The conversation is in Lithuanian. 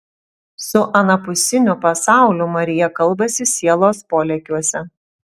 su anapusiniu pasauliu marija kalbasi sielos polėkiuose